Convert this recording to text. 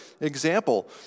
example